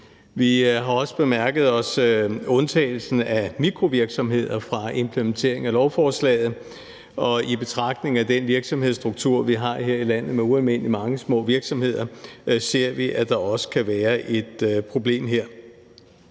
Vi har også bemærket undtagelsen af mikrovirksomheder fra implementeringen af lovforslaget, og i betragtning af den virksomhedsstruktur, vi har her i landet, med ualmindelig mange små virksomheder ser vi, at der også kan være et problem her.